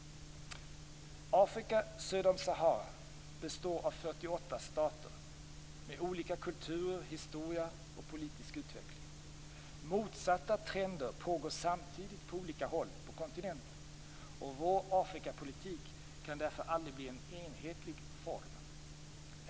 Afrika söder om Sahara består av 48 stater med olika kulturer, historia och politisk utveckling. Motsatta trender pågår samtidigt på olika håll på kontinenten. Vår Afrikapolitik kan därför aldrig bli en enhetlig formel.